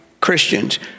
Christians